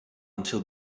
until